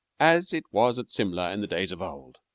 as it was at simla in the days of old,